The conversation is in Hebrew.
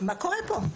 מה קורה פה?